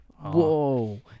Whoa